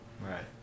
right